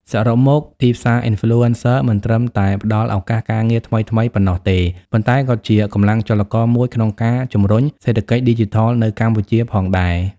សរុបមក ទីផ្សារ Influencer មិនត្រឹមតែផ្ដល់ឱកាសការងារថ្មីៗប៉ុណ្ណោះទេ ប៉ុន្តែក៏ជាកម្លាំងចលករមួយក្នុងការជំរុញសេដ្ឋកិច្ចឌីជីថលនៅកម្ពុជាផងដែរ។